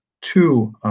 two